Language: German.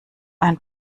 ein